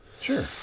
Sure